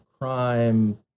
Crime